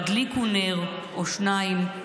הדליקו נר או שניים,